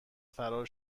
فرار